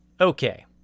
Okay